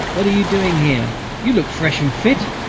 what are you doing here? you look fresh and fit.